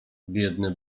biedny